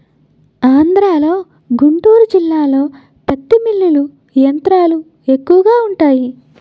ఆంధ్రలో గుంటూరు జిల్లాలో పత్తి మిల్లులు యంత్రాలు ఎక్కువగా వుంటాయి